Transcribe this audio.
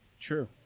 True